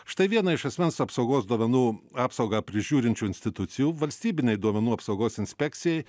štai viena iš asmens apsaugos duomenų apsaugą prižiūrinčių institucijų valstybinei duomenų apsaugos inspekcijai